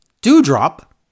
Dewdrop